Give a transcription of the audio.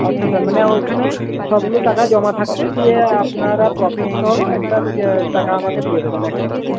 আচ্ছা স্যার মানে ওইখানে সবগুলো টাকা জমা থাকবে দিয়ে আপনারা প্রফিট সহ একটা টাকা আমাকে দিয়ে দেবেন একসাথে